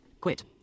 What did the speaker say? Quit